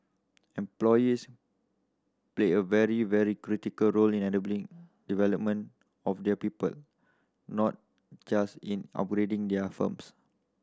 employers play a very very critical role in enabling development of their people not just in upgrading their firms